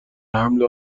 حمل